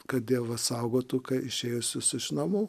kad dievas saugotų kai išėjusius iš namų